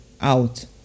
out